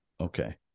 Okay